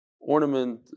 ornament